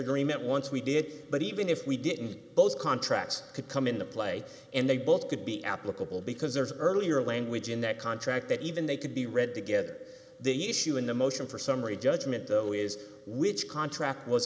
agreement once we did but even if we didn't both contracts could come into play and they both could be applicable because there's earlier language in that contract that even they could be read together the issue in the motion for summary judgment though is which contract was